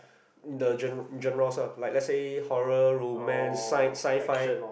the gen~ genres like let say horror romance sci~ sci fi